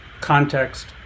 context